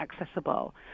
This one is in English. accessible